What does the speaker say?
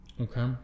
okay